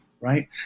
right